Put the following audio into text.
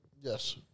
Yes